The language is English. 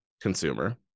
consumer